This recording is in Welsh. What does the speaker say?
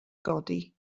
godi